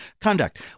conduct